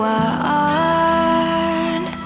one